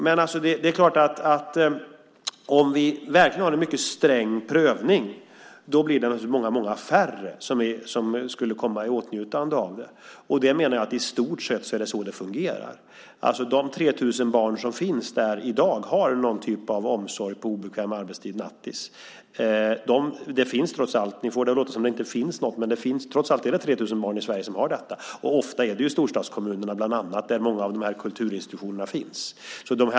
Men det är klart; om vi verkligen har en mycket sträng prövning blir det naturligtvis många färre som kommer i åtnjutande av detta. Jag menar att det i stort sett är så det fungerar. Det finns trots allt 3 000 barn i dag som har någon typ av omsorg på obekväm arbetstid, nattis. Ni får det att låta som om det inte finns något, men trots allt är det 3 000 barn i Sverige som har detta. Ofta är det i storstadskommunerna, där många av de här kulturinstitutionerna finns.